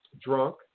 drunk